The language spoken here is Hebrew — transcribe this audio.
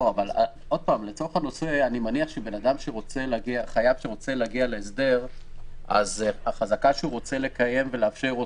אני מניח חייב שרוצה להגיע להסדר אז חזקה שהוא רוצה לקיים ולאפשר אותו.